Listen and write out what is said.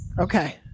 Okay